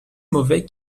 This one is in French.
mauvais